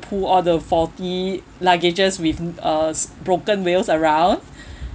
pull all the faulty luggages with uh broken wheels around